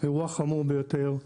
אירוע חמור ביותר.